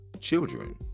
children